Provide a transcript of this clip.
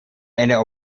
ende